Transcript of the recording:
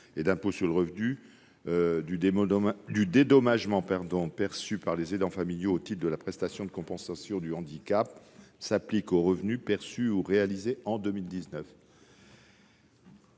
et d'impôt sur le revenu du dédommagement perçu par les aidants familiaux au titre de la prestation de compensation du handicap s'applique aux revenus perçus ou réalisés en 2019.